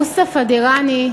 מוסטפא דיראני,